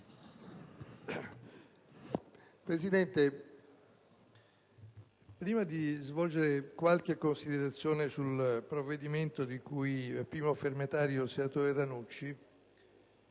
Presidente, prima di svolgere qualche breve considerazione sul provvedimento di cui è primo firmatario il senatore Ranucci,